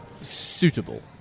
suitable